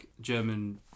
German